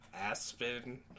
Aspen